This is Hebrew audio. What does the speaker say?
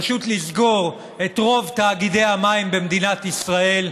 פשוט לסגור את רוב תאגידי המים במדינת ישראל.